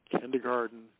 kindergarten